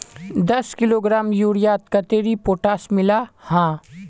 दस किलोग्राम यूरियात कतेरी पोटास मिला हाँ?